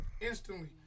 instantly